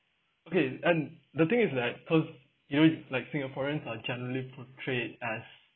okay and the thing is that because you know it's like singaporeans are generally portrayed as